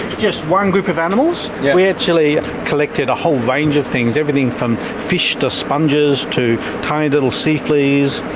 just one group of animals. we actually collected a whole range of things, everything from fish, to sponges, to tiny little sea fleas,